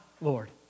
Lord